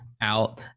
out